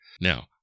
Now